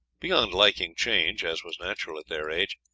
beyond liking change, as was natural at their age,